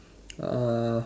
uh